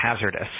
hazardous